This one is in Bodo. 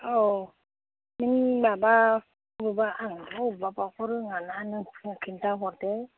औ नों माबा बबेबा आं बबेबाखौ रोङाना नों खिन्था हरदो